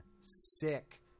sick